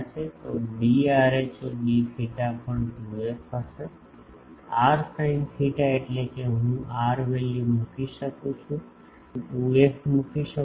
તો d rho d theta પણ 2f હશે r sin theta એટલે કે હું r વેલ્યુ મૂકી શકું છું હું 2f મૂકી શકું છું